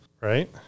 right